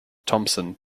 thomson